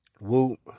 Whoop